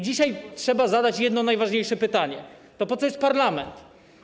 Dzisiaj trzeba zadać jedno, najważniejsze pytanie: To po co jest parlament?